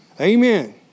Amen